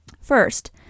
First